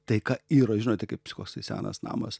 taika yra žinote kaip koks tai senas namas